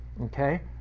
okay